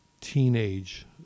teenage